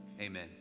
Amen